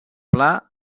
pla